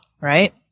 Right